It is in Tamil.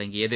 தொடங்கியது